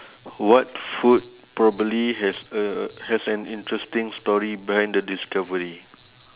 what food probably has a has an interesting story behind the discovery